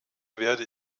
werde